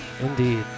Indeed